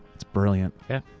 that's brilliant. yeah.